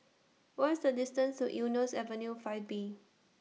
What IS The distance to Eunos Avenue five B